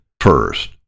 First